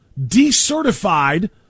decertified